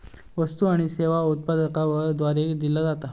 वस्तु आणि सेवा उत्पादकाद्वारे दिले जातत